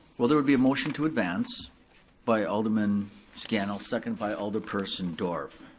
well there would be a motion to advance by alderman scannell, second by alderperson dorff.